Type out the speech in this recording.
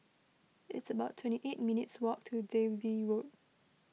it's about twenty eight minutes' walk to Dalvey Road